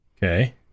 Okay